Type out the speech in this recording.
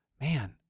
man